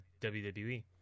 WWE